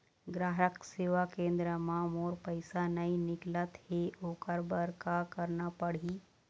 ग्राहक सेवा केंद्र म मोर पैसा नई निकलत हे, ओकर बर का करना पढ़हि?